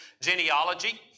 genealogy